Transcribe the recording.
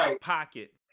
pocket